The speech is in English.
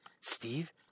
Steve